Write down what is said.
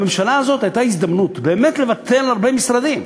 לממשלה הזאת הייתה הזדמנות באמת לבטל הרבה משרדים.